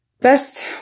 best